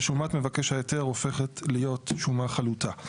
ושומת מבקש ההיתר הופכת להיות שומה חלוטה.